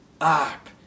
up